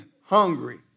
hungry